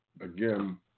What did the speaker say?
again